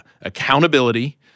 Accountability